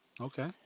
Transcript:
Okay